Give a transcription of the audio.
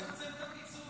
למה לצמצם את הפיצוי,